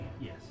Yes